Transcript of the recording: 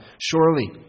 Surely